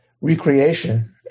recreation